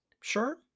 Sure